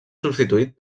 substituït